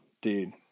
dude